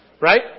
right